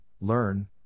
learn